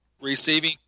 receiving